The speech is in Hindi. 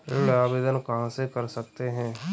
ऋण आवेदन कहां से कर सकते हैं?